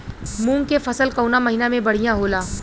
मुँग के फसल कउना महिना में बढ़ियां होला?